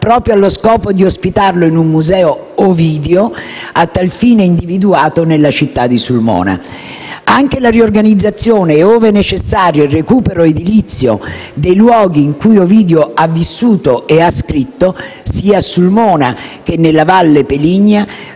proprio allo scopo di ospitarlo in un museo di Ovidio, a tal fine individuato nella città di Sulmona. Anche la riorganizzazione e, ove necessario, il recupero edilizio, dei luoghi in cui Ovidio ha vissuto e ha scritto, sia a Sulmona che nella Valle Peligna,